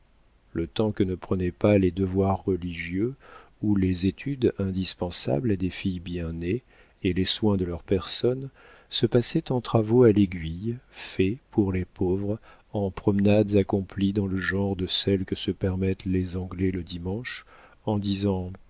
le temps que ne prenaient pas les devoirs religieux ou les études indispensables à des filles bien nées et les soins de leur personne se passait en travaux à l'aiguille faits pour les pauvres en promenades accomplies dans le genre de celles que se permettent les anglais le dimanche en disant